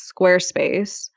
Squarespace